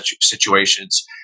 situations